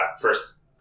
first